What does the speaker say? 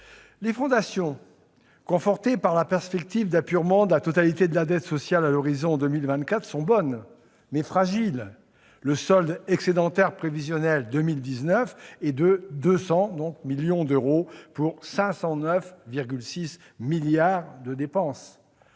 Les fondations, confortées par la perspective d'apurement de la totalité de la dette sociale à l'horizon de 2024, sont bonnes, mais fragiles. Le solde excédentaire prévisionnel pour 2019 est de 200 millions d'euros, pour 509,6 milliards de dépenses.